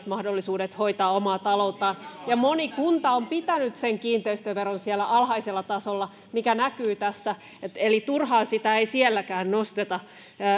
mahdollisuudet hoitaa omaa talouttaan ja moni kunta on pitänyt sen kiinteistöveron siellä alhaisella tasolla mikä näkyy tässä eli turhaan sitä ei sielläkään nosteta